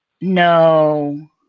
No